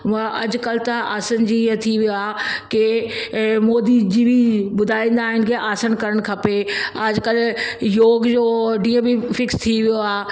उअ अॼुकल्ह त आसन जीअं थी वियो आहे की अ मोदी जी बि ॿुधाईंदा आहिनि की आसन करणु खपे आजकल योग जो ऑडियो बि फिक्स थी वियो आहे